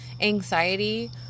anxiety